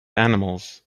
animals